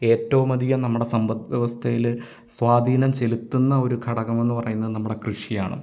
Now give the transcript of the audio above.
ഏറ്റവുമധികം നമ്മുടെ സമ്പത്ത് വ്യവസ്ഥയിലെ സ്വാധീനം ചെലുത്തുന്ന ഒരു ഘടകം എന്ന് പറയുന്നത് നമ്മുടെ കൃഷിയാണ്